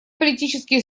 политические